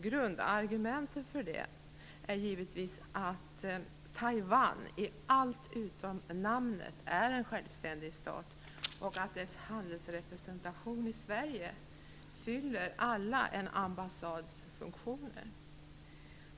Grundargumentet för det är givetvis att Taiwan i allt utom namnet är en självständig stat och att dess handelsrepresentation i Sverige fyller alla en ambassads funktioner.